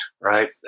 right